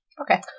Okay